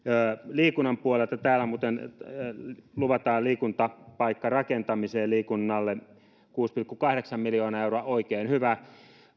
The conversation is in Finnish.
liikunnan puolelta täällä muuten luvataan liikuntapaikkarakentamiseen liikunnalle kuusi pilkku kahdeksan miljoonaa euroa oikein hyvä